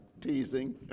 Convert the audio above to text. teasing